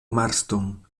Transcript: marston